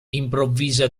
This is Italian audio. improvvisa